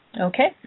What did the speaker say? Okay